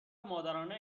مادرانه